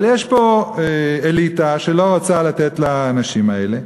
אבל יש פה אליטה שלא רוצה לתת לאנשים האלה,